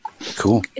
Cool